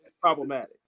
problematic